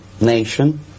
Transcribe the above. nation